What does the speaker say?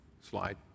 slide